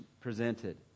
presented